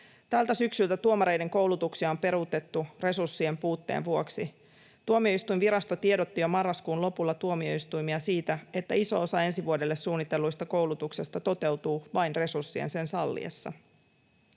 Tältä syksyltä tuomareiden koulutuksia on peruutettu resurssien puutteen vuoksi. Tuomioistuinvirasto tiedotti jo marraskuun lopulla tuomioistuimia siitä, että iso osa ensi vuodelle suunnitelluista koulutuksista toteutuu vain resurssien sen salliessa.